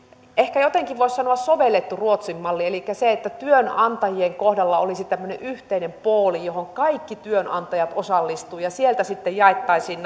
ehkä jotenkin voisi sanoa sovellettu ruotsin malli elikkä työnantajien kohdalla olisi tämmöinen yhteinen pooli johon kaikki työnantajat osallistuisivat ja sieltä sitten jaettaisiin